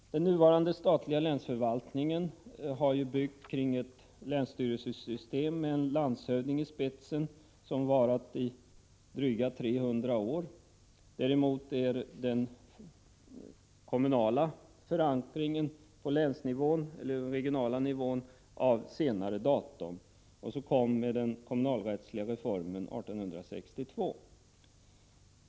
Den nuvarande statliga länsförvaltningen har byggt på ett länsstyrelsesystem med en landshövding i spetsen. Det har varat i drygt 300 år. Däremot är den kommunala förankringen på den regionala nivån av senare datum, och den kommunalrättsliga reformen kom 1862.